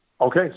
Okay